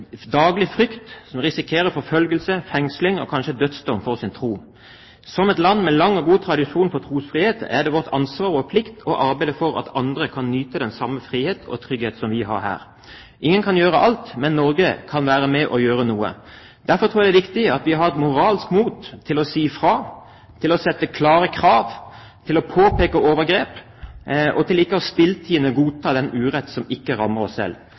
daglig frykt, som risikerer forfølgelse, fengsling og kanskje dødsdom for sin tro. Som et land med lang og god tradisjon for trosfrihet er det vårt ansvar og vår plikt å arbeide for at andre kan nyte den samme frihet og trygghet som vi har her. Ingen kan gjøre alt, men Norge kan være med og gjøre noe. Derfor tror jeg det er viktig at vi har et moralsk mot til å si fra, til å stille klare krav, til å påpeke overgrep og til ikke stilltiende godta den urett som ikke rammer oss selv.